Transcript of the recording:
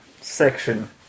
section